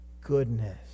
goodness